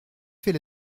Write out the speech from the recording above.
fait